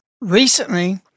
Recently